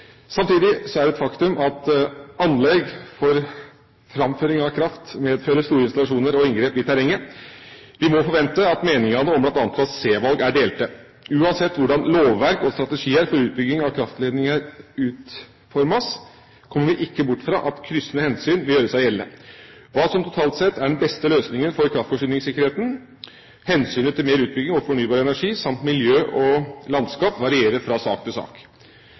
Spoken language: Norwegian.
et faktum at anlegg for framføring av kraft medfører store installasjoner og inngrep i terrenget. Vi må forvente at meningene om bl.a. trasévalg er delte. Uansett hvordan lovverk og strategier for utbygging av kraftledninger utformes, kommer vi ikke bort fra at kryssende hensyn vil gjøre seg gjeldende. Hva som totalt sett er den beste løsningen for kraftforsyningssikkerheten, hensynet til mer utbygging av fornybar energi samt miljø og landskap varierer fra sak til sak.